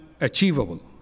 achievable